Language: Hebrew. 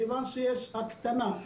מכיוון שיש הקטנה.